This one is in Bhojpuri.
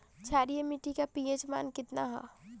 क्षारीय मीट्टी का पी.एच मान कितना ह?